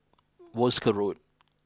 Wolskel Road